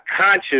conscious